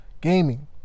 gaming